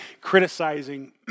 criticizing